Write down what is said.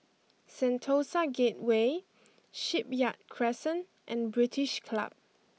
Sentosa Gateway Shipyard Crescent and British Club